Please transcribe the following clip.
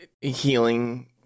Healing